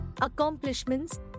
accomplishments